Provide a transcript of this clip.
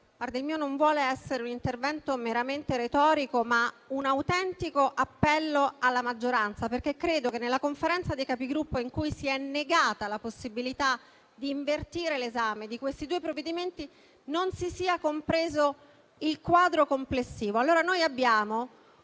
il mio non vuol essere un intervento meramente retorico, ma un autentico appello alla maggioranza, perché credo che nella Conferenza dei Capigruppo, in cui si è negata la possibilità di invertire l'esame di questi due provvedimenti, non si sia compreso il quadro complessivo.